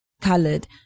colored